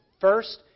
first